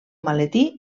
maletí